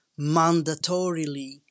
mandatorily